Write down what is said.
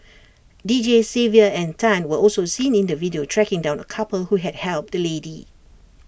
Deejays Xavier and Tan were also seen in the video tracking down A couple who had helped the lady